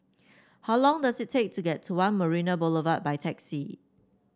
how long does it take to get to One Marina Boulevard by taxi